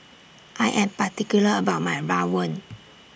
I Am particular about My Rawon